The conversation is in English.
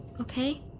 okay